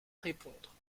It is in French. répondre